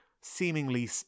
seemingly